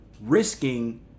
risking